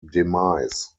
demise